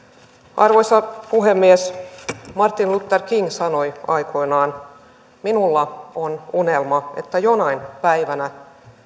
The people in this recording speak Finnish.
arvoisa puhemies martin luther king sanoi aikoinaan minulla on unelma että jonain päivänä